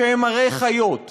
שהם הרי חיות,